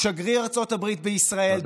שגריר ארצות הברית בישראל,